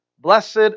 blessed